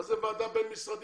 מה זה ועדה בין משרדית?